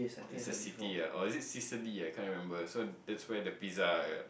it's a city ah or is it Cicely ah I can't remember so that's where the pizza